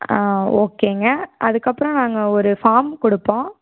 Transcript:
ஆ ஓகேங்க அதுக்கப்புறம் நாங்கள் ஒரு ஃபார்ம் கொடுப்போம்